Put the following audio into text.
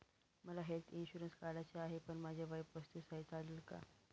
मला health insurance काढायचा आहे पण माझे वय पस्तीस आहे, चालेल का?